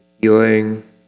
healing